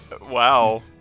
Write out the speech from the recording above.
Wow